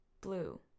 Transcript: blue